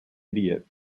idiot